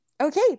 Okay